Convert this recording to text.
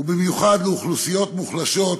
ובמיוחד לאוכלוסיות מוחלשות,